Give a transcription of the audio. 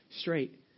straight